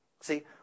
See